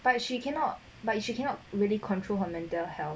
but she cannot but if you cannot really control her mental health